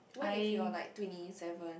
what if you're like twenty seven